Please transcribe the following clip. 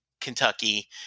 Kentucky